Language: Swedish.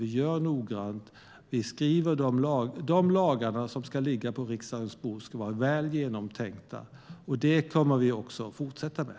Vi gör det noggrant. De lagar som ska ligga på riksdagens bord ska vara väl genomtänkta. Det kommer vi också att fortsätta med.